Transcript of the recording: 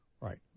Right